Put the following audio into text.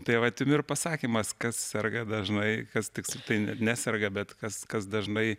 tai vat jum ir pasakymas kas serga dažnai kas tik neserga bet kas kas dažnai